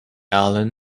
allen